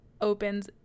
opens